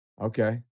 Okay